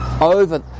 over